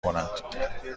کند